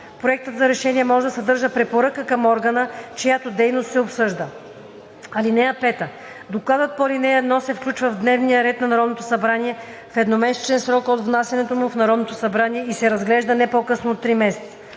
Проектът за решение може да съдържа и препоръки към органа, чиято дейност се обсъжда. (5) Докладът по ал. 1 се включва в дневния ред на Народното събрание в едномесечен срок от внасянето му в Народното събрание и се разглежда не по-късно от три месеца.